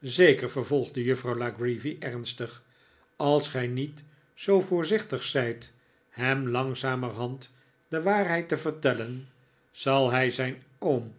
zeker vervolgde juffrouw la creevy ernstig als gij niet zoo voorzichtig zijt hem langzamerhand de waarheid te vertellen zal hij zijn oom